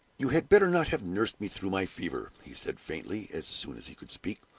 you had better not have nursed me through my fever, he said, faintly, as soon as he could speak.